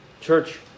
church